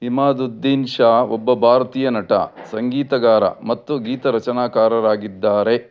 ಇಮಾದುದ್ದೀನ್ ಷಾ ಒಬ್ಬ ಭಾರತೀಯ ನಟ ಸಂಗೀತಗಾರ ಮತ್ತು ಗೀತರಚನಾಕಾರರಾಗಿದ್ದಾರೆ